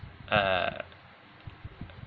err